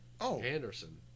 Anderson